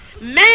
Man